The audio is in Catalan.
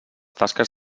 tasques